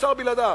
אפשר בלעדיו,